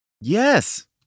Yes